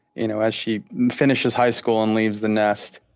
you know, as she finishes high school and leaves the nest.